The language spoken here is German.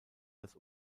das